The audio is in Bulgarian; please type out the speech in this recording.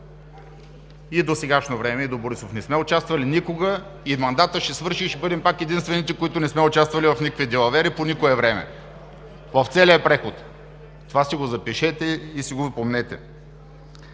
И до сегашно време, и до Борисов не сме участвали. Никога, мандатът ще свърши и пак ще бъдем единствените, които не сме участвали в никакви далавери по никое време в целия преход. Това си го запишете и си го помнете!